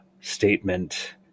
statement